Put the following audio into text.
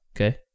okay